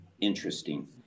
interesting